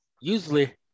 Usually